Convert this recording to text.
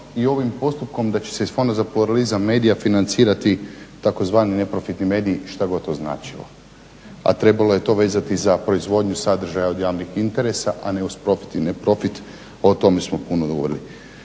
i ovim postupkom da će se iz Fonda za pluralizam medija financirati tzv. neprofitni mediji, šta god to značilo, a trebalo je to vezati za proizvodnju sadržaja od javnih interesa, a ne uz profit i ne profit. O tome smo puno govorili.